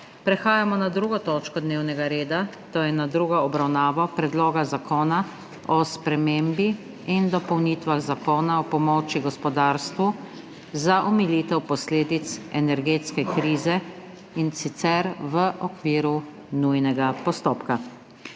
**prekinjeno 2. točko dnevnega reda, to je s tretjo obravnavo Predloga zakona o spremembi in dopolnitvah Zakona o pomoči gospodarstvu za omilitev posledic energetske krize v okviru nujnega postopka.**